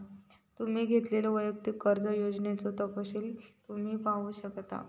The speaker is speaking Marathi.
तुम्ही घेतलेल्यो वैयक्तिक कर्जा योजनेचो तपशील तुम्ही पाहू शकता